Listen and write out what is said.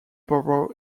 borough